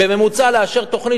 בממוצע לאשר תוכנית